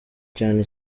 cyane